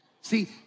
See